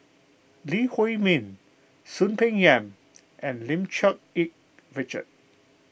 Lee Huei Min Soon Peng Yam and Lim Cherng Yih Richard